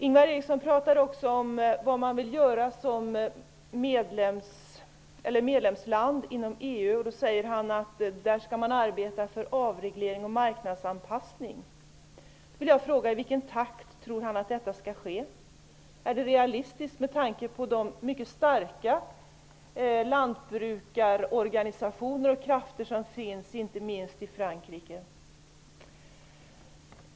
Ingvar Eriksson pratar om vad man vill att Sverige skall göra som medlemsland inom EU, och han säger att man där skall arbeta för avreglering och marknadsanpassning. Jag vill fråga: I vilken takt tror Ingvar Eriksson att detta skall ske? Är detta realistiskt, med tanke på de mycket starka lantbrukarorganisationer och krafter som finns inte minst i Frankrike?